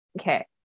Okay